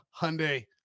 Hyundai